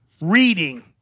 reading